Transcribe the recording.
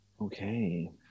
Okay